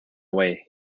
away